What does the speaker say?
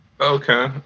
Okay